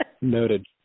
Noted